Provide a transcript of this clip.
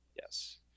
yes